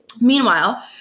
Meanwhile